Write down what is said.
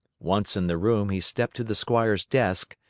once in the room, he stepped to the squire's desk,